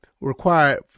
required